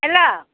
hello